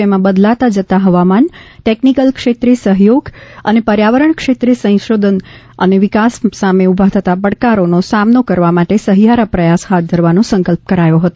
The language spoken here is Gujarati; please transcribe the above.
જેમાં બદલાતા જતાં હવામાન ટેકનીકલ ક્ષેત્રે સહયોગ અને પર્યાવરણ ક્ષેત્રે સંશોધન અને વિકાસ સામે ઉભા થતાં પડકારોનો સામનો કરવા માટે સહિયારા પ્રયાસ હાથ ધરવાનો સંકલ્પ કરાયો હતો